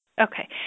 Okay